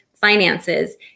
finances